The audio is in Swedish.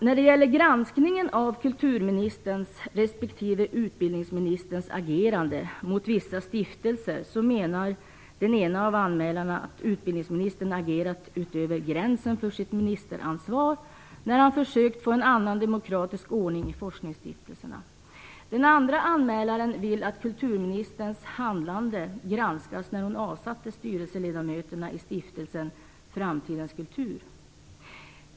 När det gäller granskningen av kulturministerns respektive utbildningsministerns agerande mot vissa stiftelser menar den ena av anmälarna att utbildningsministern agerat utöver gränsen för sitt ministeransvar, när han har försökt att få en annan demokratisk ordning i forskningsstiftelserna. Den andra anmälaren vill att kulturministerns handlande vid avsättandet av medlemmarna i styrelsen för Stiftelsen Framtidens kultur granskas.